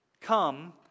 Come